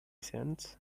cents